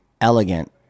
elegant